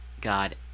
God